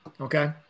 Okay